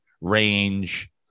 range